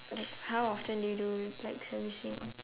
how often do you do like servicing